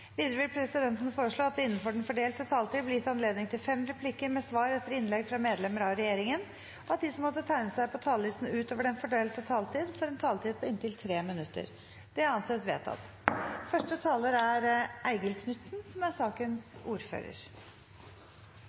Videre vil presidenten foreslå at det – innenfor den fordelte taletid – blir gitt anledning til inntil fem replikker med svar etter innlegg fra medlemmer av regjeringen, og at de som måtte tegne seg på talerlisten utover den fordelte taletid, får en taletid på inntil 3 minutter. – Det anses vedtatt.